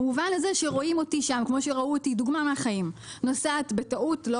במובן הזה שרואים אותי נוסעת בנתיב